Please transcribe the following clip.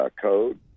code